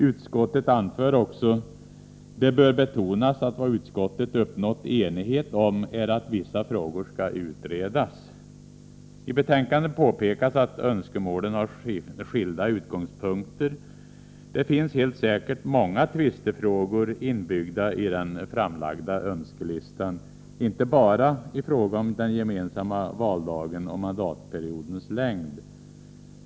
Utskottet anför också: ”Det bör betonas att vad utskottet uppnått enighet om är att vissa frågor skall utredas.” I betänkandet påpekas att önskemålen har skilda utgångspunkter. Det finns helt säkert många tvistefrågor inbyggda i den framlagda önskelistan, inte bara i fråga om den gemensamma valdagen och mandatperiodens längd.